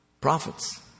prophets